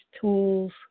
tools